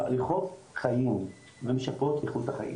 אני מדבר על תרופות שמאריכות חיים ומשפרות את איכות החיים.